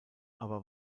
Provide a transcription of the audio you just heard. aber